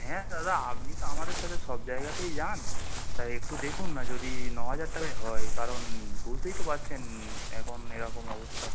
হ্যাঁ দাদা আপনি তো আমাদের সাথে সব জায়গাতেই যান তাই একটু দেখুন না যদি ন হাজার টাকায় হয় কারণ বুঝতেই তো পারছেন এখন এরকম অবস্থা